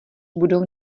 budou